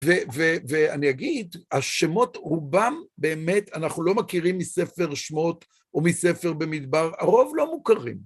ואני אגיד, השמות רובם באמת, אנחנו לא מכירים מספר שמות או מספר במדבר, הרוב לא מוכרים.